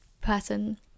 person